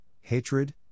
hatred